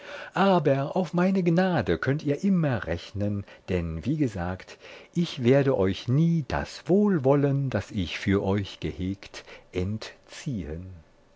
aber auf meine gnade könnt ihr immer rechnen denn wie gesagt ich werde euch nie das wohlwollen das ich für euch gehegt entziehen